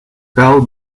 pal